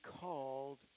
called